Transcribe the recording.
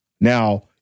Now